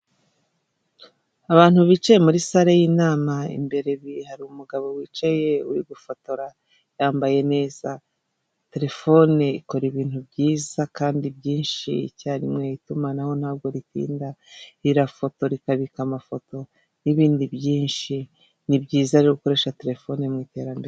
Abantu bicaye muri sare y'inama, imbere hari umugabo wicaye uri gufotora yambaye neza telefone ikora ibintu byiza kandi byinshi icyarimwe itumanaho ntabwo ritinda irafotora ikabika amafoto n'ibindi byinshi ni byiza rero gukoresha telefone mu iterambere.